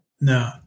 no